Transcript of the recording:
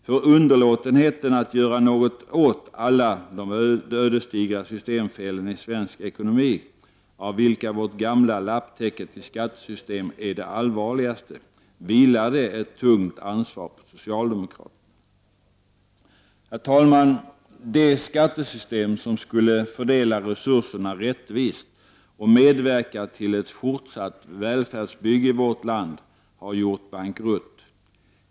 För underlåtenheten att göra något åt alla de ödesdigra systemfelen i svensk ekonomi, av vilka vårt gamla lapptäcke till skattesystem är det allvarligaste, vilar ett tungt ansvar på socialdemokraterna. Herr talman! Det skattesystem som skulle fördela resurserna rättvist och medverka till ett fortsatt välfärdsbygge i vårt land har gjort bankrutt.